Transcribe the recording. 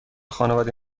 خانواده